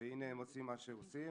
והינה הם עושים מה שעושים.